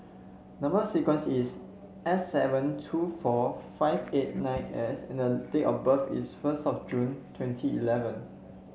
number sequence is S seven two four five eight nine S and the date of birth is first of June twenty eleven